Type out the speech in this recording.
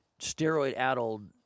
steroid-addled